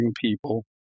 people